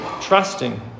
trusting